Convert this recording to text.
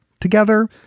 together